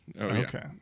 okay